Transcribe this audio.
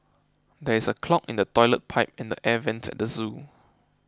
there is a clog in the Toilet Pipe and Air Vents at the zoo